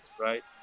right